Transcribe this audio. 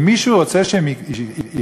אם מישהו רוצה שהם ייכללו